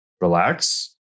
relax